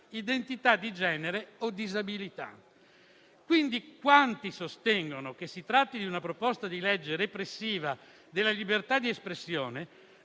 identità di genere o disabilità. Quindi, quanti sostengono che si tratti di una proposta di legge repressiva della libertà di espressione